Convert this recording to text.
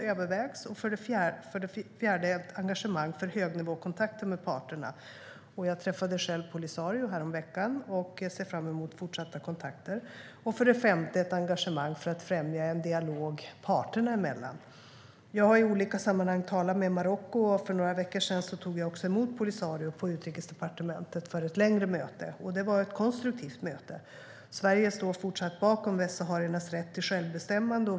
För det fjärde finns det ett engagemang för högnivåkontakter med parterna. Jag träffade själv Polisario häromveckan och ser fram emot fortsatta kontakter. För det femte vill vi ha ett engagemang för att främja en dialog parterna emellan. Jag har i olika sammanhang talat med Marocko. För några veckor sedan tog jag också emot Polisario på Utrikesdepartementet för ett längre möte. Det var ett konstruktivt möte. Sverige står fortsatt bakom västsahariernas rätt till självbestämmande.